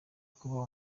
kuba